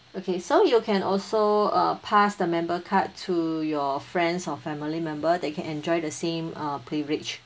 okay so you can also uh pass the member card to your friends or family member they can enjoy the same uh privilege